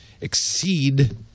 exceed